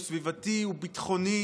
הוא סביבתי,